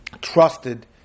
trusted